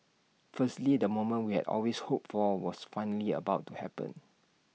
firstly the moment we had always hoped for was finally about to happen